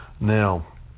Now